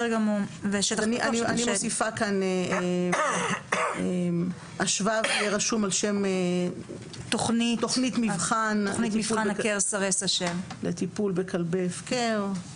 אני מוסיפה כאן: השבב יהיה רשום על שם תוכנית מבחן לטיפול בכלבי הפקר.